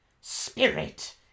Spirit